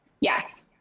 yes